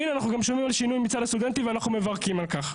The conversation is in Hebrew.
והנה אנחנו גם שומעים על שינוי מצד הסטודנטים ואנחנו מברכים על כך.